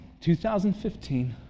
2015